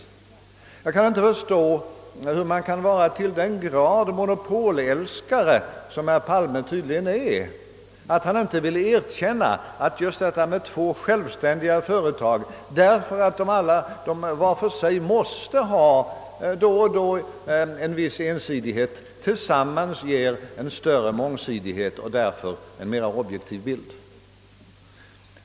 Jag kan inte förstå hur man kan vara till den grad monopolälskare — som herr Palme tydligen är — att man inte vill erkänna att två självständiga före tag trots att de var för sig då och då måste präglas av en viss ensidighet, ändå tillsammans ger större mångsidighet och därför en mer objektiv bild.